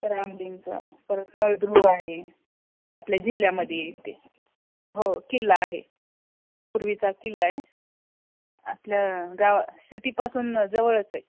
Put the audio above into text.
रामलींगचं परत नळदुर्ग आहे आपल्या जिल्ह्यामध्ये येते हो किल्ला आहे पूर्वीचा किल्ला आहे आपल्या गावा सिटीपासून जवळच आहे